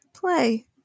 play